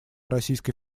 российской